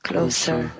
Closer